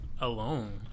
alone